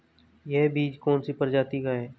यह बीज कौन सी प्रजाति का है?